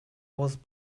was